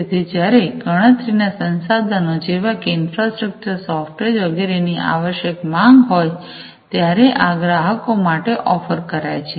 તેથી જ્યારે ગણતરીના સંસાધનો જેવા કે ઈન્ફ્રાસ્ટ્રક્ચર સોફ્ટવેર વગેરે ની આવશ્યક માંગ હોય ત્યારે આ ગ્રાહકો માટે ઓફર કરાય છે